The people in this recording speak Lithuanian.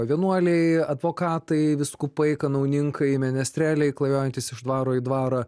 vienuoliai advokatai vyskupai kanauninkai menestreliai klajojantys iš dvaro į dvarą